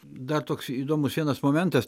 dar toks įdomus vienas momentas